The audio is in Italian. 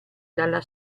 dalla